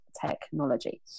technology